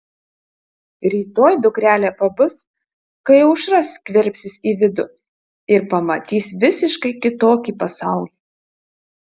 rytoj dukrelė pabus kai aušra skverbsis į vidų ir pamatys visiškai kitokį pasaulį